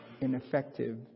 ineffective